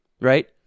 right